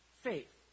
faith